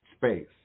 space